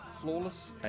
Flawless